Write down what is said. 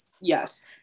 yes